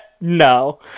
No